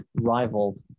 rivaled